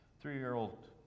Three-year-old